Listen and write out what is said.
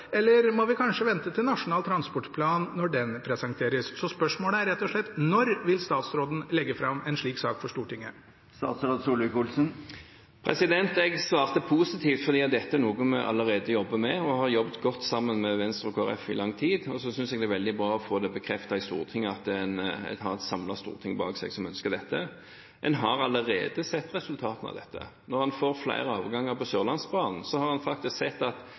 eller må vi kanskje vente til Nasjonal transportplan, når den presenteres? Så spørsmålet er rett og slett: Når vil statsråden legge fram en slik sak for Stortinget? Jeg svarte positivt fordi dette er noe vi allerede jobber med og har jobbet godt sammen med Venstre og Kristelig Folkeparti om i lang tid, og jeg synes det er veldig bra å få bekreftet i Stortinget at en har et samlet storting bak seg som ønsker dette. En har allerede sett resultatene av dette. Når en får flere avganger på Sørlandsbanen, har en faktisk sett at